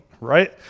right